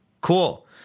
Cool